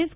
S